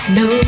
no